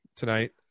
tonight